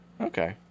Okay